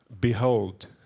behold